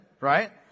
right